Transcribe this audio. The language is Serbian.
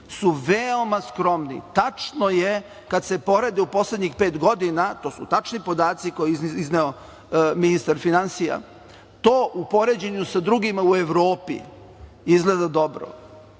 su veoma skromni. Tačno je kada se porede u poslednjih pet godina, to su tačni podaci koje je izneo ministar finansija, to u poređenju sa drugima u Evropi izgleda dobro,